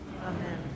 Amen